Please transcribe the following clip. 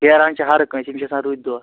فیران چھُ ہر کٲنٛسہِ یِم چھِ آسان رٕتۍ دۄہ